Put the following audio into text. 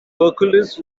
hercules